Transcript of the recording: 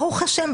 ברוך השם,